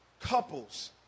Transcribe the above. couples